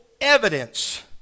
evidence